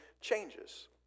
changes